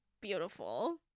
beautiful